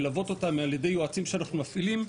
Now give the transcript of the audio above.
ללוות אותם על ידי יועצים שאנחנו מפעילים.